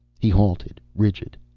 he halted, rigid.